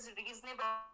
reasonable